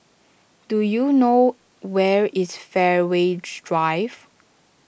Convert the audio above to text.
do you know where is Fairways Drive